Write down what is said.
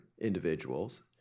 individuals